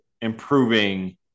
improving